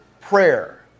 prayer